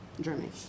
Germany